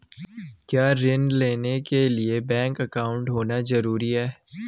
क्या ऋण लेने के लिए बैंक अकाउंट होना ज़रूरी है?